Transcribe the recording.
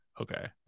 Okay